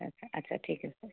আচ্ছা ঠিক আছে